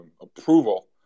approval